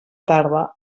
tarda